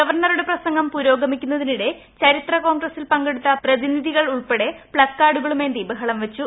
ഗവർണറുടെ പ്രസംഗം പുരോഗമിക്കുന്നതിനിടെ ചരിത്രം ക്കോൺഗ്രസിൽ പങ്കെടുത്ത പ്രതിനിധികളുൾപ്പെടെ പ്പക്കാർഡുകളുമേന്ത് ബഹളംവച്ചു